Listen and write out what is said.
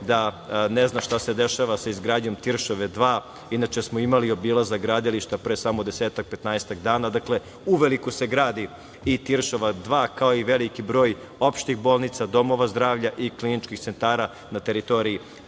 da ne zna šta se dešava sa izgradnjom Tiršove 2. Inače, smo imali obilazak gradilišta pre samo desetak, petnaestak dana. Dakle, uveliko se gradi i Tiršova 2, kao i veliki broj opštih bolnica, domova zdravlja i kliničkih centara na teritoriji